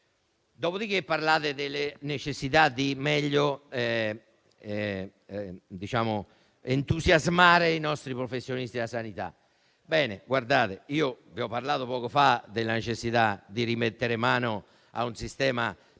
Dopodiché, parlate delle necessità di meglio entusiasmare i nostri professionisti della sanità. Ebbene, ho parlato poco fa della necessità di rimettere mano a un sistema di